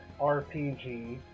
RPG